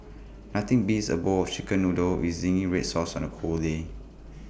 nothing beats A bowl of Chicken Noodles with Zingy Red Sauce on A cold day